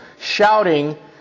shouting